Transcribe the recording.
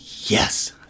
yes